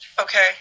Okay